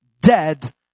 dead